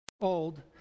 old